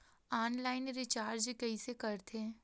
Online recharge कइसे करथे?